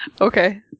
Okay